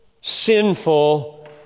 sinful